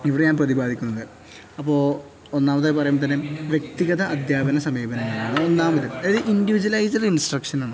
ഇവിടെ ഞാൻ പ്രതിപാദിക്കുന്നത് അപ്പോള് ഒന്നാമതായി പറയുമ്പോള് തന്നെ വ്യക്തിഗത അധ്യാപന സമീപനം തന്നെയാണ് ഒന്നാമത് അതായത് ഇൻഡിവിജവലൈസ്ഡ് ഇൻസ്ട്രക്ഷന് ആണ്